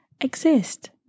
exist